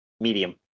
Medium